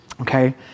okay